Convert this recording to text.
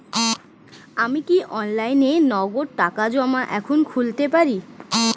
আমি কি অনলাইনে নগদ টাকা জমা এখন খুলতে পারি?